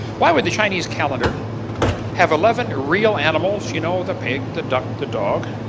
why would the chinese calendar have eleven real animals you know the pig, the duck, the dog,